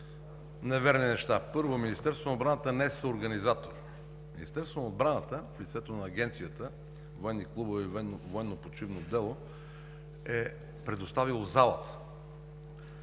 неверни неща. Първо, Министерството на отбраната не е съорганизатор. Министерството на отбраната в лицето на Агенция „Военни клубове и военно-почивно дело“ е предоставило залата